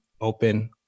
open